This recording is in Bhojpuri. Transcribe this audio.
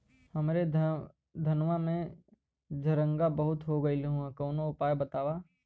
हमरे धनवा में झंरगा बहुत हो गईलह कवनो उपाय बतावा?